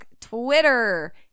Twitter